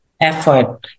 Effort